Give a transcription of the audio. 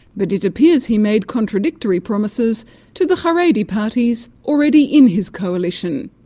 but it appears he made contradictory promises to the haredi parties already in his coalition.